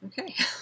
okay